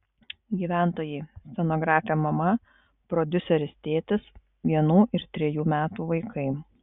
gyventojai scenografė mama prodiuseris tėtis vienų ir trejų metų vaikai